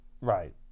Right